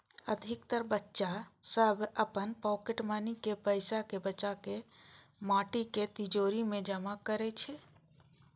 अधिकतर बच्चा सभ अपन पॉकेट मनी के पैसा कें बचाके माटिक तिजौरी मे जमा करै छै